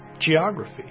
Geography